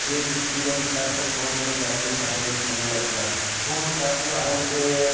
ସିଏ ଚିଠି ଯାଇକି ତା ପାଖରେ ପହଞ୍ଚିବାକୁ ଚାରି ଦିନ ପାଞ୍ଚ ଦିନ ସମୟ ଲାଗୁଥିଲା ପୁଣି ତାକୁ ଆଉ ଗୋଟିଏ